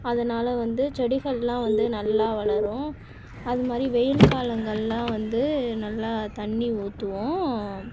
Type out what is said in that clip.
அதனால வந்து செடிகளெலா வந்து நல்லா வளரும் அதுமாதிரி வெயில் காலங்களெலாம் வந்து நல்லா தண்ணி ஊற்றுவோம்